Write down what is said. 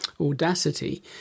Audacity